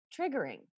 triggering